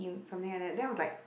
something like that then I was like